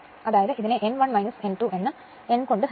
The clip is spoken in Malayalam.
അതായത് ഇതിനെ N1 N2 എന്ന് N2 കൊണ്ട് ഹരിക്കാം